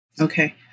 Okay